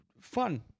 fun